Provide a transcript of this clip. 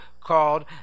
called